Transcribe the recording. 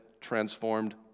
transformed